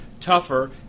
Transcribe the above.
tougher